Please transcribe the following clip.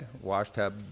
washtub